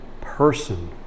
person